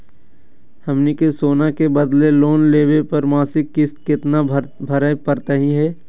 हमनी के सोना के बदले लोन लेवे पर मासिक किस्त केतना भरै परतही हे?